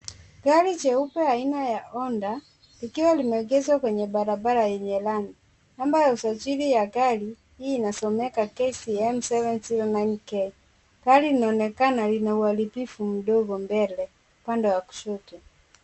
Gari jeupe aina ya Honda, likiwa limeegeshwa kwenye barabara yenye lami. Namba ya usajili ya gari hii inasomeka KCM 709K. Gari linaonekana lina uharibifu mdogo mbele upande wa kushoto.